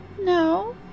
No